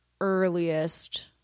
earliest